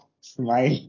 smile